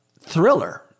Thriller